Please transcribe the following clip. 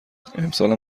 امسالم